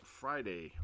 friday